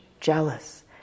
jealous